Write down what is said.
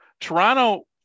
Toronto